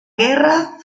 guerra